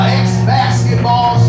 ex-basketball